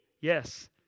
Yes